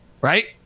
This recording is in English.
Right